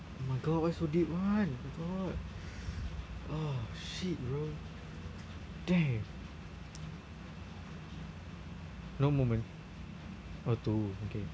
my god why so deep [one] my god oh shit bro damn no moment oh two okay